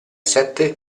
sette